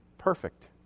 Perfect